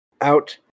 out